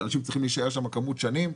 אנשים צריכים להישאר שם מספר שנים.